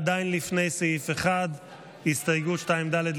זה עדיין לפני סעיף 1. נצביע על הסתייגות 2ד',